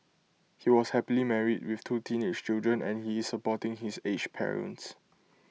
he was happily married with two teenage children and he is supporting his aged parents